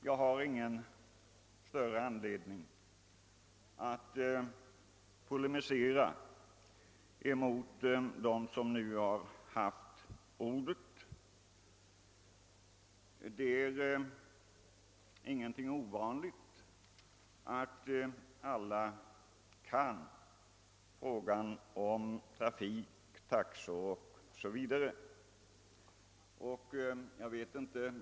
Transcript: Jag har ingen större anledning att polemisera mot de föregående talarna. Det är ingenting märkligt att alla kan trafikfrågor, taxefrågor o. s. v.